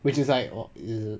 which is like orh